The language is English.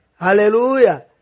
Hallelujah